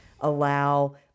allow